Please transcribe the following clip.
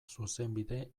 zuzenbide